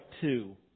two